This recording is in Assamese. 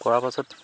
কৰাৰ পাছত